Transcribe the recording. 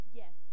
yes